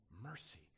mercy